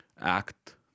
act